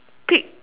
pick